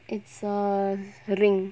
it's a ring